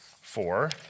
Four